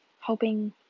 hoping